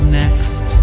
next